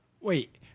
Wait